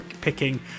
picking